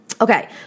okay